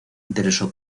interesó